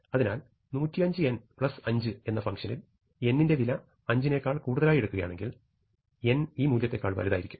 അതിനാൽ 100n5 എന്ന ഫങ്ഷനിൽ n ന്റെ വില 5 നേക്കാൾ കൂടുതലായി എടുക്കുകയാണെങ്കിൽ n ഈ മൂല്യത്തേക്കാൾ വലുതായിരിക്കും